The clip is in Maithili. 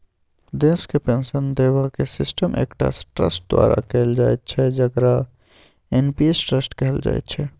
देशक पेंशन देबाक सिस्टम एकटा ट्रस्ट द्वारा कैल जाइत छै जकरा एन.पी.एस ट्रस्ट कहल जाइत छै